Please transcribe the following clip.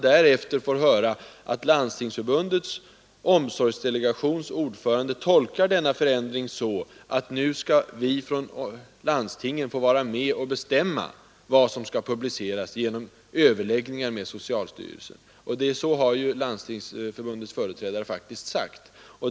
Därefter får man höra att Landstingsförbundets omsorgsdelegations ordförande tolkar denna förändring så att landstingen nu skall få vara med och bestämma vad som skall publiceras, genom överläggningar med socialstyrelsen. — Så har Landstingsförbundets företrädare faktiskt sagt.